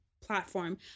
platform